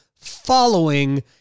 following